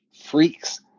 freaks